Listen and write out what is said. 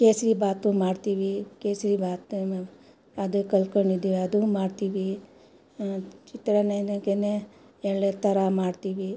ಕೇಸ್ರಿಭಾತು ಮಾಡ್ತೀವಿ ಕೇಸ್ರಿಭಾತು ಅದು ಕಲಿತ್ಕೊಂಡಿದಿವಿ ಅದು ಮಾಡ್ತೀವಿ ಚಿತ್ರಾನ್ನನೆಗೇನೆ ಎರಡೆರಡು ಥರ ಮಾಡ್ತೀವಿ